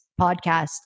podcast